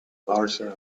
larger